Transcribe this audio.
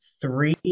three